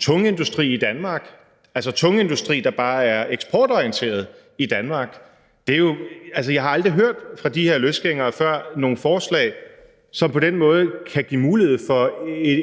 tung industri i Danmark, altså den tunge industri, der bare er eksportorienteret. Jeg har aldrig før hørt forslag fra de her løsgængere, som på den måde kan give mulighed for